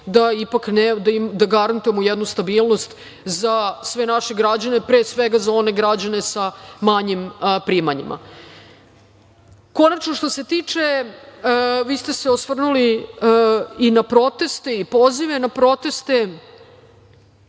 ipak garantujemo jednu stabilnost za sve naše građane, pre svega za one građane sa manjim primanjima. Vi ste se osvrnuli i na proteste i na pozive na proteste.